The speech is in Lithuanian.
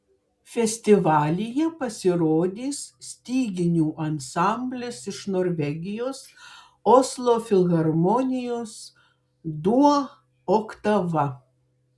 festivalyje pasirodys styginių ansamblis iš norvegijos oslo filharmonijos duo oktava